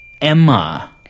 Emma